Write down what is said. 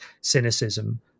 cynicism